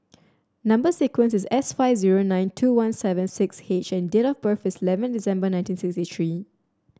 number sequence is S five zero nine two one seven six H and date of birth is eleven December nineteen sixty three